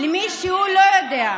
מיזם fake reporter, למי שלא יודע,